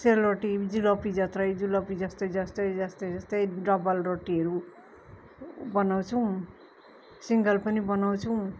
सेलरोटी जुलापी जत्रै जुलापी जस्तै जस्तै जस्तै जस्तै डबल रोटीहरू बनाउँछौँ सिङ्गल पनि बनाउँछौँ